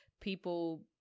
people